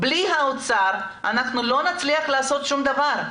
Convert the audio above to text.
בלי האוצר אנחנו לא נצליח לעשות שום דבר.